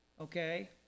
okay